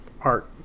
art